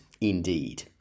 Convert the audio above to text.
indeed